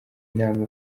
inama